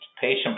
patient